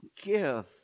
give